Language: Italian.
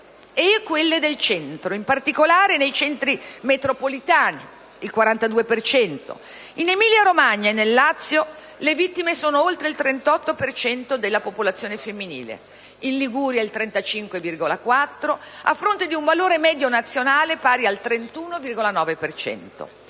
e quelle del Centro, in particolare nei centri metropolitani (il 42 per cento). In Emilia-Romagna e nel Lazio le vittime sono oltre il 38 per cento della popolazione femminile; in Liguria il 35,4 per cento, a fronte di un valore medio nazionale pari al 31,9